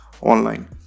online